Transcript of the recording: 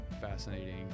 fascinating